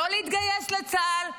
לא להתגייס לצה"ל,